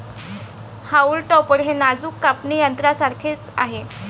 haulm topper हे नाजूक कापणी यंत्रासारखे आहे